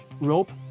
rope